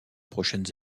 prochaines